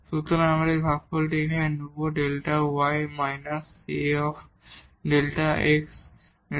সুতরাং আমরা এই ভাগফলটি এখানে নেবো Δ y − A Δ x Δ x